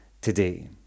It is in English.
today